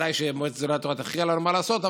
ודאי שמועצת גדולי התורה תכריע לנו מה לעשות.